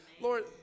Lord